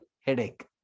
headache